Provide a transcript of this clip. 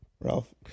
Ralph